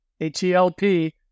H-E-L-P